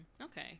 Okay